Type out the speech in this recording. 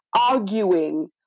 arguing